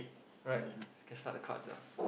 alright can start the cards ah